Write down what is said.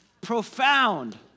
Profound